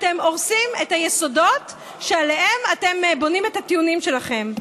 אתם הורסים את היסודות שעליהם אתם בונים את הטיעונים שלכם.